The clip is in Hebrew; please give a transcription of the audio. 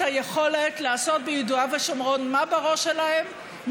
היכולת לעשות ביהודה ושומרון מה בראש שלהם,